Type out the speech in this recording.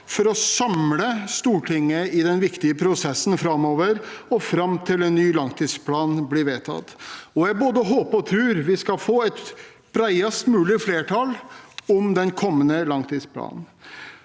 for å samle Stortinget i den viktige prosessen framover og fram til en ny langtidsplan blir vedtatt, og jeg både håper og tror vi skal få et bredest mulig flertall for den kommende langtidsplanen.